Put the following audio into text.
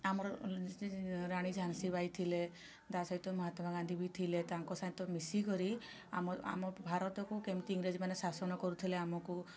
ଆମର ରାଣୀ ଝାନ୍ସିବାଈ ଥିଲେ ତା ସହିତ ମହାତ୍ମାଗାନ୍ଧୀ ବି ଥିଲେ ତାଙ୍କ ସହିତ ମିଶିକରି ଆମ ଆମ ଭାରତକୁ କେମିତି ଇଂରେଜମାନେ ଶାସନ କରୁଥିଲେ ଆମୁକୁ